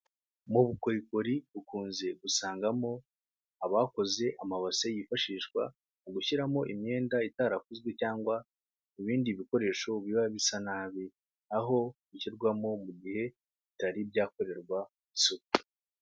Mu bukorikori ukunze gusangamo abakoze amabase yifashishwa mu gushyiramo imyenda itarafuzwe cyangwa mu bindi bikoresho biba bisa nabi, aho bishyirwamo mu gihe bitari byakorerwa isuku.